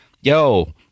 yo